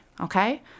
Okay